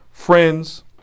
Friends